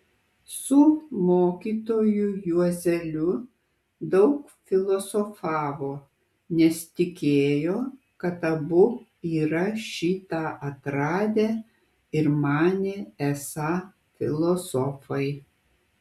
su mokytoju juozeliu daug filosofavo nes tikėjo kad abu yra šį tą atradę ir manė esą filosofai